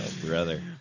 Brother